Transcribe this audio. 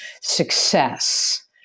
success